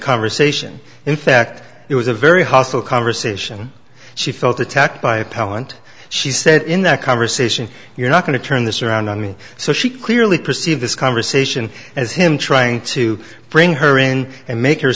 conversation in fact it was a very hostile conversation she felt attacked by appellant she said in that conversation you're not going to turn this around on me so she clearly perceive this conversation as him trying to bring her in and make her